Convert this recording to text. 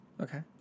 Okay